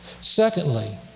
Secondly